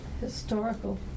historical